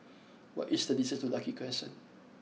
what is the distance to Lucky Crescent